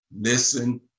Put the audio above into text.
listen